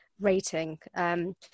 rating